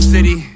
City